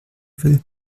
will